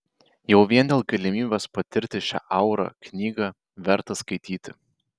jau vien dėl galimybės patirti šią aurą knygą verta skaityti